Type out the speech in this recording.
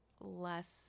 less